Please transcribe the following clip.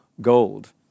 gold